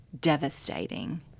devastating